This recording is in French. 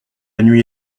nuit